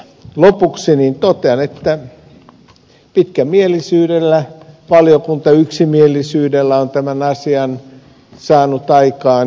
lopuksi totean että pitkämielisyydellä valiokunta on saanut tämän asian yksimielisyydellä aikaan